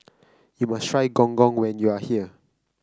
you must try Gong Gong when you are here